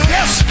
Yes